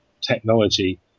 technology